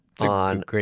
on